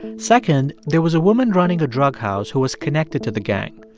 second, there was a woman running a drug house who was connected to the gang.